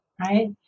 right